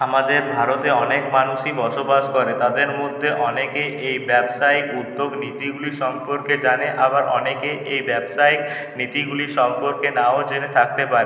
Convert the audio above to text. আমাদের ভারতে অনেক মানুষই বসবাস করে তাদের মধ্যে অনেকেই এই ব্যবসায়ীক উদ্যোগ নীতিগুলি সম্পর্কে জানে আবার অনেকেই এই ব্যবসায়ীক নীতিগুলি সম্পর্কে নাও জেনে থাকতে পারে